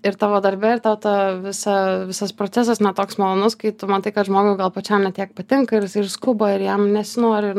ir tavo darbe ir tau ta visa visas procesas ne toks malonus kai tu matai kad žmogui gal pačiam ne tiek patinka ir jisai ir skuba ir jam nesinori ir